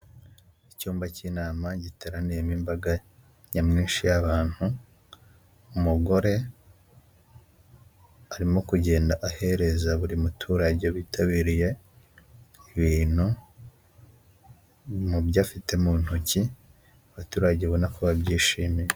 Icyumba cy'inama giteraniyemo imbaga nyamwinshi y'abantu, umugore arimo kugenda ahereza buri muturage witabiriye ibintu, mu byo afite mu ntoki, abaturage abona ko babyishimiye.